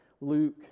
Luke